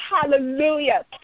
hallelujah